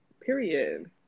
Period